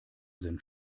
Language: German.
sind